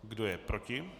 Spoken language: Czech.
Kdo je proti?